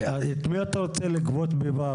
את מי אתה רוצה 'לגבות' ב-ו',